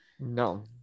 no